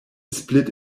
split